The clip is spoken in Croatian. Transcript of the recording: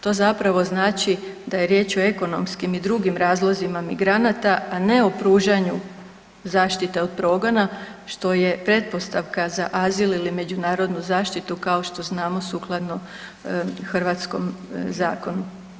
To zapravo znači da je riječ o ekonomskim i drugim razlozima migranata, a ne o pružanju zaštite od progona što je pretpostavka za azil ili međunarodnu zaštitu kao što znamo sukladno hrvatskom zakonu.